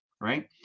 Right